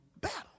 battle